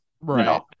Right